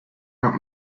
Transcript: out